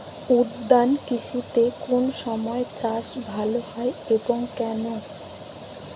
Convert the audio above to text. উদ্যান কৃষিতে কোন সময় চাষ ভালো হয় এবং কেনো?